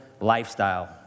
lifestyle